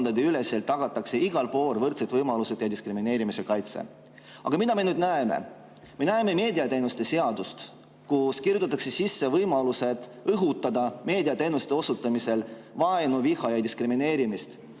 tagatakse igal pool võrdsed võimalused ja kaitse diskrimineerimise eest. Aga mida me näeme? Me näeme meediateenuste seadust, kuhu kirjutatakse sisse võimalused õhutada meediateenuste osutamisel vaenu, viha ja diskrimineerimist.